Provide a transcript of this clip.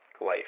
life